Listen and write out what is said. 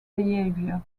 behavior